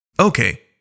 Okay